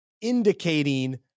indicating